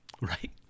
right